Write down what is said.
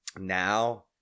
now